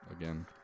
again